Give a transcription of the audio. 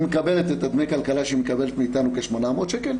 היא מקבלת את דמי הכלכלה שהיא מקבלת מאתנו כ800 שקל,